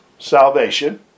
salvation